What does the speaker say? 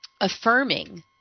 affirming